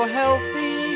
healthy